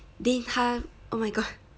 then 他 oh my god